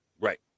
right